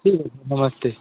ठीक है नमस्ते